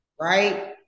Right